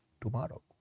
tomorrow